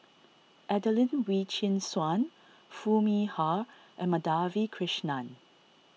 Adelene Wee Chin Suan Foo Mee Har and Madhavi Krishnan